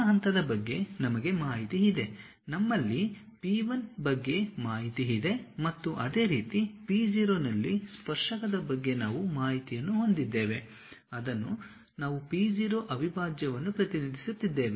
ಆ ಹಂತದ ಬಗ್ಗೆ ನಮಗೆ ಮಾಹಿತಿ ಇದೆ ನಮ್ಮಲ್ಲಿ P 1 ಬಗ್ಗೆ ಮಾಹಿತಿ ಇದೆ ಮತ್ತು ಅದೇ ರೀತಿ P0 ನಲ್ಲಿ ಸ್ಪರ್ಶಕದ ಬಗ್ಗೆ ನಾವು ಮಾಹಿತಿಯನ್ನು ಹೊಂದಿದ್ದೇವೆ ಅದನ್ನು ನಾವು p0 ಅವಿಭಾಜ್ಯವನ್ನು ಪ್ರತಿನಿಧಿಸುತ್ತಿದ್ದೇವೆ